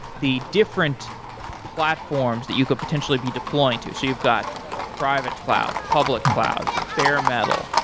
the different platforms that you could potentially be deploying to. so, you've got private clouds, public clouds, bare metal,